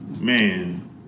man